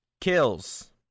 Kills